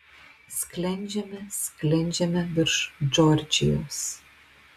sklendžiame sklendžiame virš džordžijos